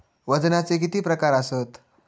वजनाचे किती प्रकार आसत?